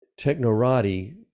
technorati